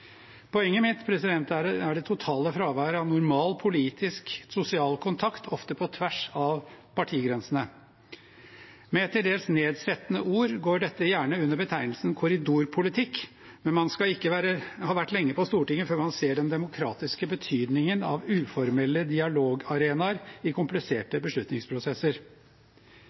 Poenget mitt er det totale fraværet av normal politisk, sosial kontakt – ofte på tvers av partigrensene. Med et til dels nedsettende ord går dette gjerne under betegnelsen korridorpolitikk, men man skal ikke ha vært lenge på Stortinget før man ser den demokratiske betydningen av uformelle dialogarenaer i kompliserte beslutningsprosesser.